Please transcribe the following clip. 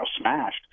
smashed